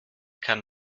kann